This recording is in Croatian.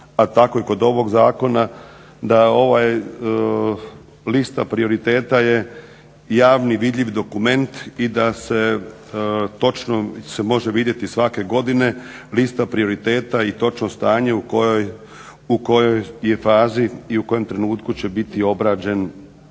a tako i kod ovog zakona da lista prioriteta je javni vidljiv dokument i da se točno se može vidjeti svake godine lista prioriteta i točno stanje u kojoj je fazi i u kojem trenutku će biti obrađen